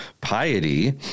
piety